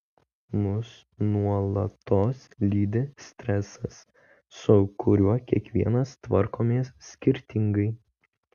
mus nuolatos lydi stresas su kuriuo kiekvienas tvarkomės skirtingai